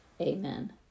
Amen